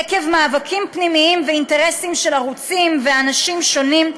עקב מאבקים פנימיים ואינטרסים של ערוצים ואנשים שונים,